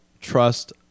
Trust